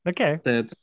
Okay